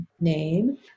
name